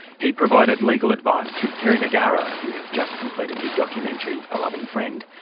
he provided legal advice to kerry negara, who has just completed the documentary, a loving friend.